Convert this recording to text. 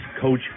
coach